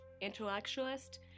intellectualist